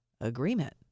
agreement